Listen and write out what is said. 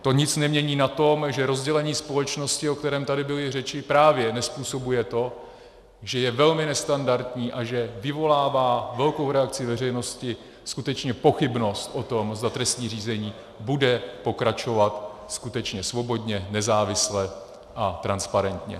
To nic nemění na tom, že rozdělení společnosti, o kterém tady byly řeči, právě nezpůsobuje to, že je velmi nestandardní a že vyvolává velkou reakci veřejnosti skutečně pochybnost o tom, zda trestní řízení bude pokračovat skutečně svobodně, nezávisle a transparentně.